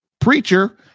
preacher